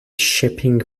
shipping